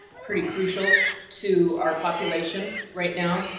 pretty crucial to our population right now.